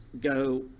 go